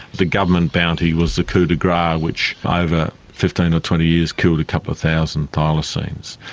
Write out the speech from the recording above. the government bounty was the coup de grace ah which over fifteen or twenty years killed a couple of thousand thylacines.